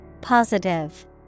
Positive